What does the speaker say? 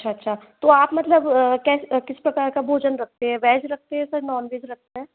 अच्छा अच्छा तो आप मतलब कै किस प्रकार का भोजन रखते हैं वेज रखते हैं सर नॉन वेज रखते हैं